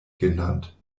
genannt